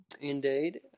Indeed